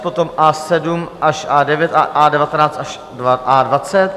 Potom A7 až A9 a A19 až A20.